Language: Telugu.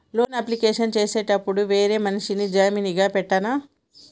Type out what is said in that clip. లోన్ అప్లికేషన్ చేసేటప్పుడు వేరే మనిషిని జామీన్ గా పెట్టాల్నా?